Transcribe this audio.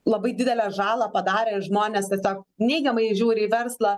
labai didelę žalą padarė žmonės tiesiog neigiamai žiūri į verslą